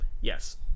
Yes